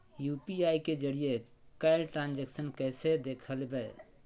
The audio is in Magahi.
यू.पी.आई के जरिए कैल ट्रांजेक्शन कैसे देखबै?